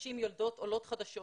לנשים יולדות עולות חדשות